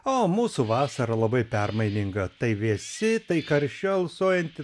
o mūsų vasara labai permaininga tai vėsi tai karščiu alsuojanti